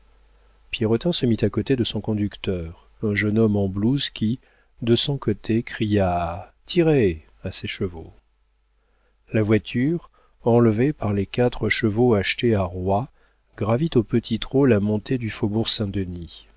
pierrotin se mit à côté de son conducteur un jeune homme en blouse qui de son côté cria tirez à ses chevaux la voiture enlevée par les quatre chevaux achetés à roye gravit au petit trot la montée du faubourg saint-denis